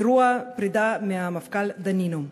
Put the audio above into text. אירוע פרידה מהמפכ"ל דנינו.